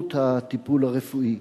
איכות הטיפול הרפואי.